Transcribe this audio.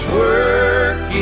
work